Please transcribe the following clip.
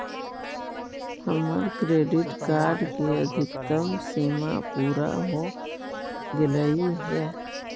हमर credit card के अधिकतम सीमा पूरा हो गेलई हे